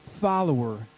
follower